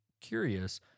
curious